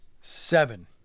seven